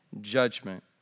judgment